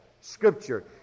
Scripture